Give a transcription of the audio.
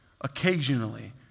Occasionally